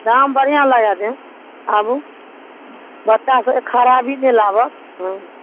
दाम बढ़िआँ लगा देम आबू बच्चा सबके खराब भी नहि लागत हँ